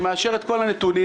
שמאשר את כל הנתונים.